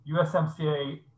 USMCA